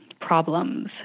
problems